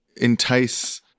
entice